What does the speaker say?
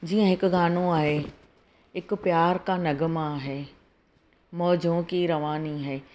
जीअं हिकु गानो आहे इक प्यार का नग़मा है मौजों की रवानी है